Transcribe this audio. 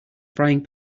frying